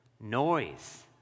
noise